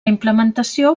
implementació